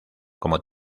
como